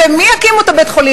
מי יקים את בית-החולים?